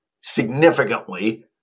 significantly